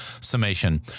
summation